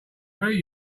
very